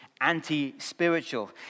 anti-spiritual